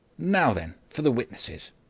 now then for the witnesses.